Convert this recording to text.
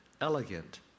elegant